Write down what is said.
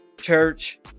church